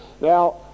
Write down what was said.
Now